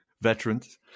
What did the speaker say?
veterans